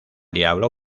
diablo